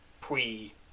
pre